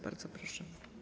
Bardzo proszę.